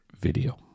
video